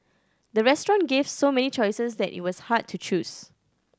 the restaurant gave so many choices that it was hard to choose